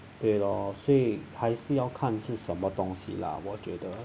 对咯所以还是要看什什么东西啦我觉得